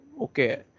Okay